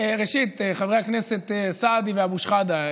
ראשית, חברי הכנסת סעדי ואבו שחאדה,